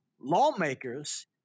Lawmakers